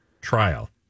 trial